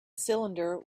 cylinder